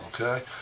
okay